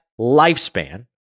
lifespan